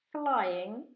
flying